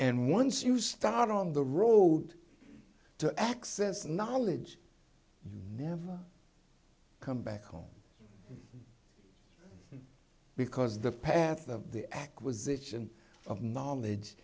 and once you start on the road to access knowledge you never come back home because the path of the acquisition of knowledge